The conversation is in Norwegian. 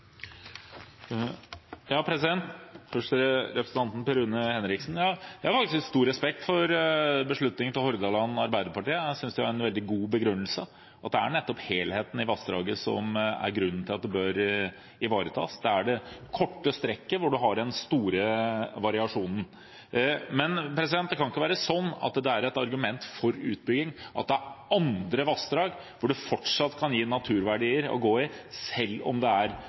Først til representanten Per Rune Henriksen: Jeg har faktisk stor respekt for beslutningen til Hordaland Arbeiderparti, jeg synes de har en veldig god begrunnelse – at det er nettopp helheten i vassdraget som er grunnen til at det bør ivaretas, det er det korte strekket der en har den store variasjonen. Men det kan ikke være sånn at det er et argument for utbygging at det er andre vassdrag som fortsatt kan gi naturverdier å gå i selv om det er